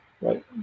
right